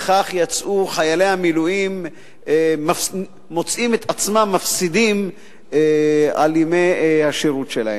וכך חיילי המילואים מוצאים עצמם מפסידים על ימי השירות שלהם.